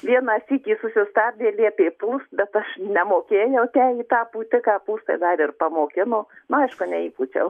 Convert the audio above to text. vieną sykį susistabdė liepė pūst bet aš nemokėjau ten į tą pūtiką pūst tai dar ir pamokino nu aišku neįpučiau